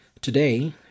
Today